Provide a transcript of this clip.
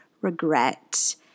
regret